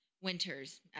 Winters